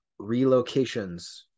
relocations